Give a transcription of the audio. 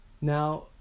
Now